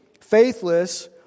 faithless